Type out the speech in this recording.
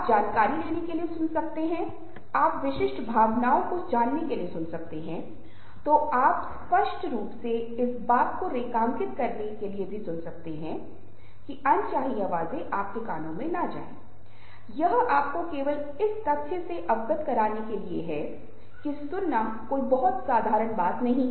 काम करने के लिए अपनी खुद की शैली को समायोजित करने के लिए संचार को प्रभावी बनाने के लिए क्योंकि कई बार यह बहुत मुश्किल होता है और यहां तक कि दूसरों को बताना असंभव है कि आप इस तरह से बात मत करो लेकिन कम से कम यदि आप के पास उचित समझ हो तो हम खुद को बदल सकते हैं